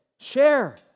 Share